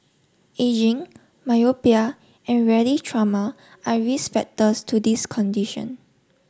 ageing myopia and rarely trauma are risk factors to this condition